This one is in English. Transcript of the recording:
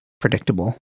predictable